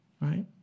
right